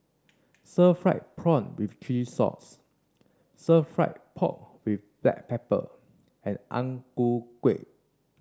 sir fried prawn with Chili Sauce sir fry pork with Black Pepper and Ang Ku Kueh